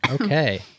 Okay